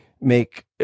make